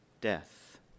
death